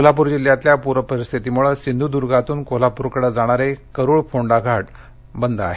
कोल्हापूर जिल्ह्यातल्या पूर परिस्थितीमुळे सिंधुद्गातून कोल्हापूरकडे जाणारे करुळ फोंडा घाट बंद आहेत